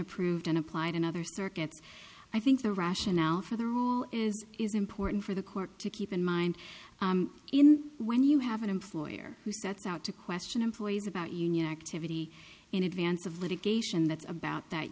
approved and applied in other circuits i think the rationale for them is is important for the court to keep in mind in when you have an employer who sets out to question employees about union activity in advance of litigation that's about that